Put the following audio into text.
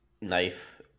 knife